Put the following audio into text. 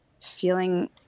feeling